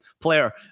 player